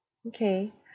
okay